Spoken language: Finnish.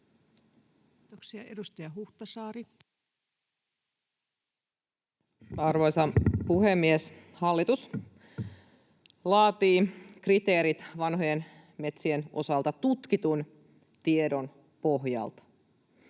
Arvoisa puhemies! Hallitus laatii kriteerit vanhojen metsien osalta tutkitun tiedon pohjalta.